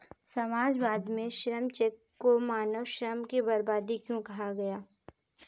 समाजवाद में श्रम चेक को मानव श्रम की बर्बादी क्यों कहा गया?